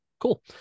Cool